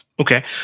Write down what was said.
Okay